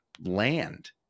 land